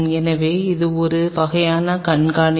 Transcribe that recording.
எனவே இது ஒரு வகையான கண்காணிப்பு